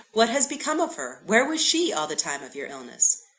what has become of her? where was she all the time of your illness?